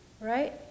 right